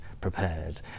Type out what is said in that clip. prepared